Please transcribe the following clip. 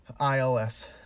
ILS